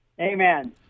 amen